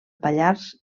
pallars